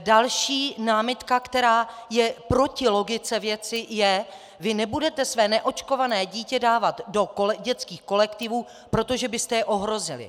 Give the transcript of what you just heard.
Další námitka, která je proti logice věci, je: vy nebudete své neočkované dítě dávat do dětských kolektivů, protože byste je ohrozili.